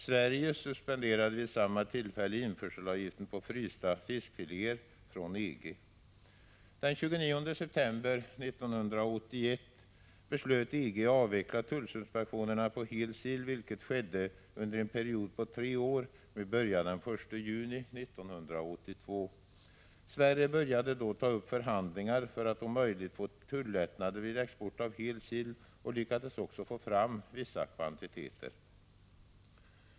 Sverige suspenderade vid samma tillfälle införselavgiften på frysta fiskfiléer från EG. Den 29 september 1981 beslöt EG avveckla tullsuspensionerna på hel sill, vilket skedde under en period på tre år med början den 1 juni 1982. Sverige började då ta upp förhandlingar för att om möjligt få tullättnader vid export av hel sill och lyckades också beträffande vissa kvantiteter.